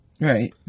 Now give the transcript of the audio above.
right